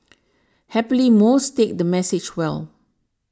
happily most take the message well